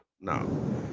no